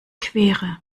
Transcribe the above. quere